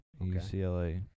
UCLA